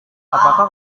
apakah